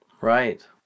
Right